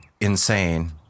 insane